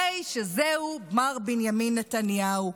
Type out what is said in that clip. הרי זהו מר בנימין נתניהו.